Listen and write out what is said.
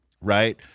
right